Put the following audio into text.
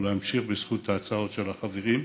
או להמשיך בזכות ההצעות של החברים,